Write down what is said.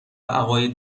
عقاید